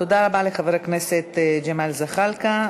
תודה רבה לחבר הכנסת ג'מאל זחאלקה.